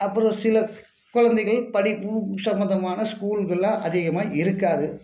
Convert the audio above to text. அப்பறம் சிலர் கொழந்தைகள் படிப்பு சம்மந்தமான ஸ்கூல்கள்லாம் அதிகமாக இருக்காது